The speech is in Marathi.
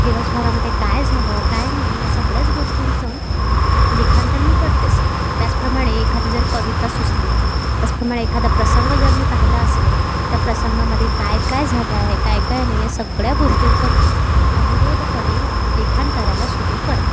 दिवसभरामधे काय झालं काय नाही ह्या सगळ्याचं गोष्टींचं लिखाण तर मी करतेच त्याचप्रमाणे एखादी जर कविता सुचली त्यचप्रमाणे एखादा प्रसंग जर मी पाहिला असेल त्या प्रसंगामधे काय काय झालं आहे काय काय नाही या सगळ्या गोष्टींचं मी अनुरोधपणे लिखाण करायला सुरु करते